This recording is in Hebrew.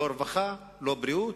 לא רווחה, לא בריאות.